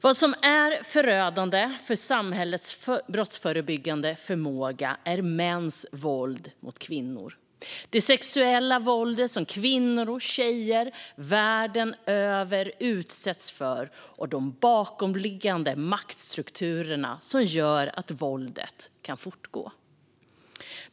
Vad som är förödande för samhällets brottsförebyggande förmåga är mäns våld mot kvinnor, det sexuella våld som kvinnor och tjejer världen över utsätts för och de bakomliggande maktstrukturer som gör att våldet kan fortgå.